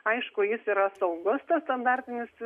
aišku jis yra saugus tas stabdartinis